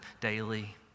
daily